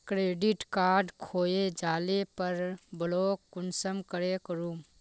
Credit card खोये जाले पर ब्लॉक कुंसम करे करूम?